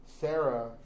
Sarah